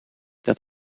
dat